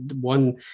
one